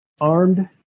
armed